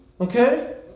Okay